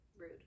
rude